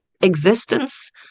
existence